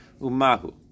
umahu